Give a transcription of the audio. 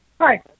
Hi